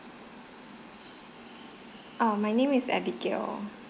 err my name is abigail